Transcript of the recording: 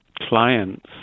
client's